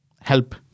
help